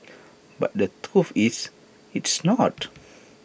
but the truth is it's not